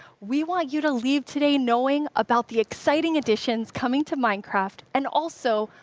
we want you to leave today knowing about the exciting additions coming to minecraft, and also,